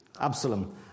Absalom